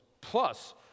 plus